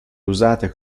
usate